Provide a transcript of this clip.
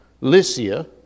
Lycia